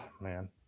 man